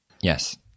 Yes